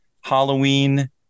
Halloween